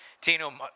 Tino